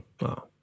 wow